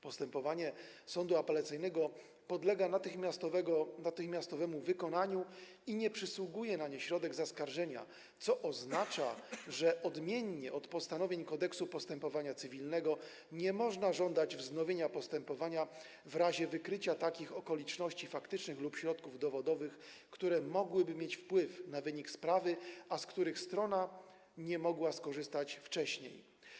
Postępowanie sądu apelacyjnego podlega natychmiastowemu wykonaniu i nie przysługuje na nie środek zaskarżenia, co oznacza, że odmiennie niż w przypadku postanowień Kodeksu postępowania cywilnego nie można żądać wznowienia postępowania w razie wykrycia takich okoliczności faktycznych lub środków dowodowych, które mogłyby mieć wpływ na wynik sprawy, a z których strona nie mogła skorzystać wcześniej.